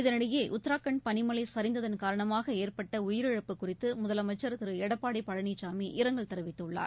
இதனிடையே உத்ராகண்ட் பனிமலை சரிந்ததள் காரணமாக ஏற்பட்ட உயிரிழப்பு குறித்து முதலமைச்சா் திரு எடப்பாடி பழனிசாமி இரங்கல் தெரிவித்துள்ளார்